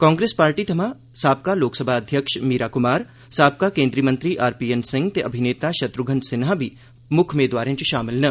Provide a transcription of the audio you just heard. Congress party थमां साबका लोकसभा अध्यक्ष मीरा कुमार साबका कोन्द्रीय मंत्री आर पी एन सिंह ते अभिनेता शत्रुघ्न सिन्हा बी मुक्ख मेदवारें च शामल न